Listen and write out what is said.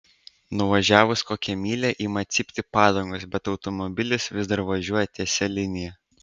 nuvažiavus kokią mylią ima cypti padangos bet automobilis vis dar važiuoja tiesia linija